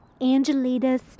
Angelitas